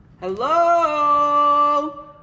Hello